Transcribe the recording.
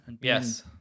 Yes